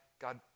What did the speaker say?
God